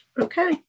Okay